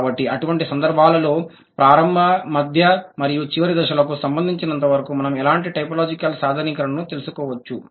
కాబట్టి అటువంటి సందర్భాలలో ప్రారంభ మధ్య మరియు చివరి దశలకు సంబంధించినంతవరకు మనం ఎలాంటి టైపోలాజికల్ సాధారణీకరణను తెలుసుకోవచ్చు